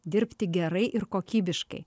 dirbti gerai ir kokybiškai